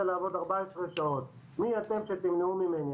14 שעות ואומרים: מי אתם שתמנעו ממני?